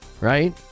right